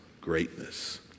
greatness